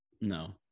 no